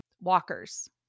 walkers